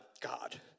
God